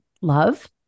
love